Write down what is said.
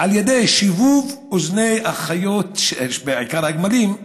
על ידי שיבוב אוזני החיות, בעיקר הגמלים,